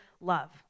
love